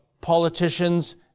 politicians